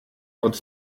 ought